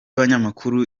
abanyamakuru